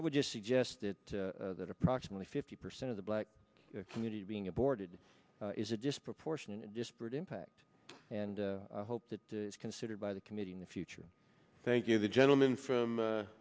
i would just suggest that that approximately fifty percent of the black community being aborted is a disproportionate disparate impact and i hope that is considered by the committee in the future thank you the gentleman from